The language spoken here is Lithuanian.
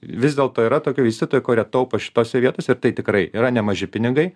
vis dėlto yra tokių vystytojų kurie taupo šitose vietose ir tai tikrai yra nemaži pinigai